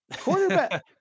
quarterback